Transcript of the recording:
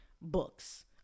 books